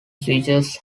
switches